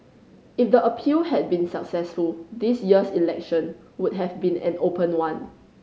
if the appeal had been successful this year's election would have been an open one